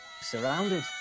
Surrounded